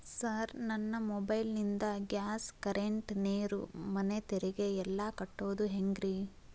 Sir ನನ್ನ mobile ನಿಂದ gas, current, ನೇರು, ಮನೆ ತೆರಿಗೆ ಎಲ್ಲಾ ಕಟ್ಟೋದು ಹೆಂಗ್ರಿ?